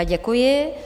Děkuji.